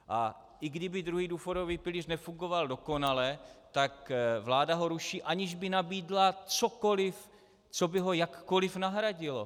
A i kdyby druhý důchodový pilíř nefungoval dokonale, tak vláda ho ruší, aniž by nabídla cokoliv, co by ho jakkoliv nahradilo.